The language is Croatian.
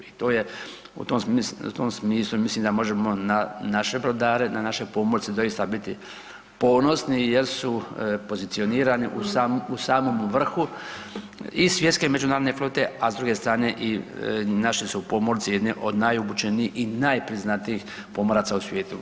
I to je u tom smislu mislim da možemo na naše brodare, na naše pomorce doista biti ponosni jer su pozicionirani u samom vrhu i svjetske međunarodne flote, a s druge strane i naši su pomorci jedni od najobučenijih i najpriznatijih pomoraca u svijetu.